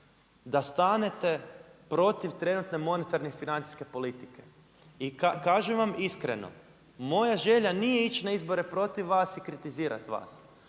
da stanete protiv trenutne monetarne financijske politike. I kažem vam iskreno, moja želja nije ići na izbore protiv vas i kritizirat vas.